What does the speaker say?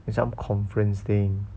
is some conference thing